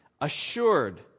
assured